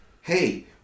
hey